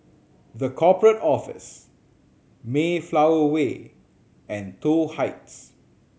The Corporate Office Mayflower Way and Toh Heights